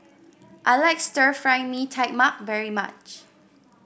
I like Stir Fry Mee Tai Mak very much